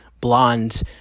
blonde